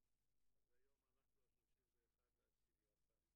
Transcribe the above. והבריאות, היום ה-31 לאוקטובר 2018,